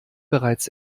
bereits